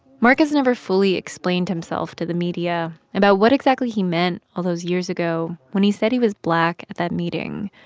mark has never fully explained himself to the media about what exactly he meant all those years ago when he said he was black at that meeting.